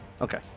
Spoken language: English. Okay